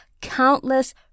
countless